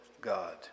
God